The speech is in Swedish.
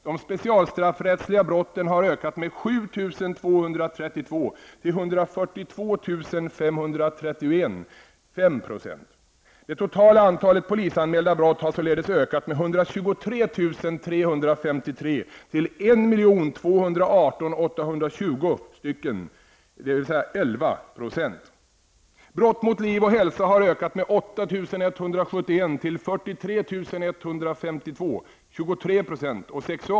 De specialstraffrättsliga brotten har ökat med 7 232 till 142 531. Det är 5 %.